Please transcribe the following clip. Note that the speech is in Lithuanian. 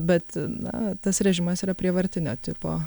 bet na tas režimas yra prievartinio tipo